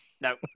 No